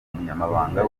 umunyamabanga